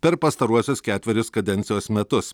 per pastaruosius ketverius kadencijos metus